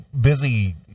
busy